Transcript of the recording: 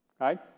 right